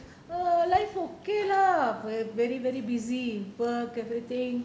err life okay lah very very busy work everything